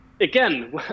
again